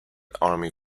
army